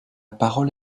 parole